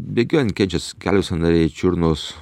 bėgiojant kenčias kelių sąnariai čiurnos